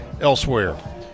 elsewhere